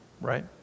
Right